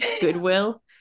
Goodwill